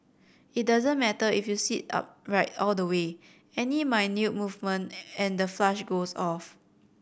it doesn't matter if you sit upright all the way any movement and the flush goes off